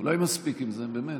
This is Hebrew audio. זה, באמת.